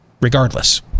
regardless